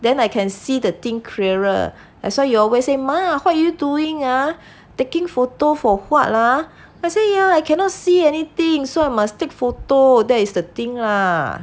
then I can see the thing clearer that's why you always say 妈 what are you doing ah taking photo for what ah I say yeah I cannot see anything so I must take photo that is the thing lah